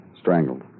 Strangled